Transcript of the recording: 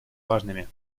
важными